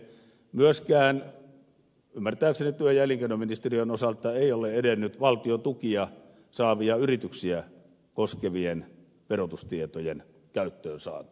myöskään ymmärtääkseni työ ja elinkeinoministeriön osalta ei ole edennyt valtion tukia saavia yrityksiä koskevien verotustietojen käyttöönsaanti